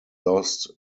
lost